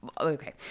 okay